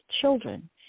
children